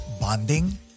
bonding